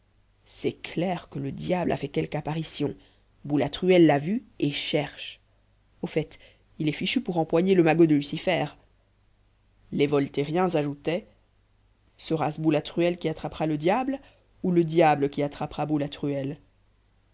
c'est clair que le diable a fait quelque apparition boulatruelle l'a vu et cherche au fait il est fichu pour empoigner le magot de lucifer les voltairiens ajoutaient sera-ce boulatruelle qui attrapera le diable ou le diable qui attrapera boulatruelle